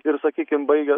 ir sakykim baigia